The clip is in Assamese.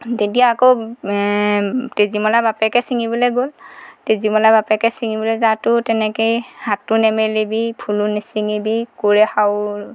তেতিয়া আকৌ তেজীমলাৰ বাপেকে চিঙিবলৈ গ'ল তেজীমলাৰ বাপেকে চিঙিবলৈ যাওঁতেও তেনেকেই হাতো নেমেলিবি ফুলো নিচিঙিব কৰে সাউ